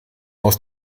aus